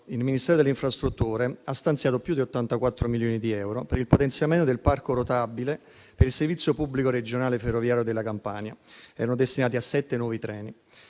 il Ministero delle infrastrutture ha stanziato più di 84 milioni di euro per il potenziamento del parco rotabile per il servizio pubblico regionale ferroviario della Campania; tali risorse erano destinate a sette nuovi treni.